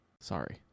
Sorry